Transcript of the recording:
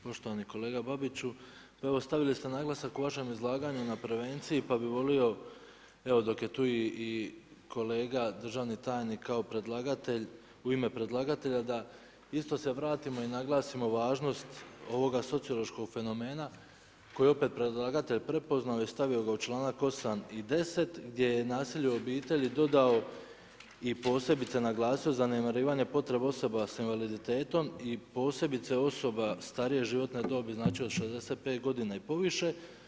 Poštovani kolega Babiću, pa evo stavili ste naglasak u vašem izlaganju na prevenciji pa bih volio evo dok je tu i kolega državni tajnik kao predlagatelj, u ime predlagatelja da isto se vratimo i naglasimo važnost ovog sociološkog fenomena kojeg je opet predlagatelj prepoznao i stavio ga u članak 8. i 10. gdje je nasilje u obitelji dodao i posebice naglasio zanemarivanje potreba osoba sa invaliditetom i posebice osoba starije životne dobi, znači od 65 godina i poviše.